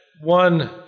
one